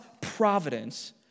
providence